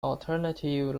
alternative